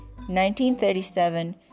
1937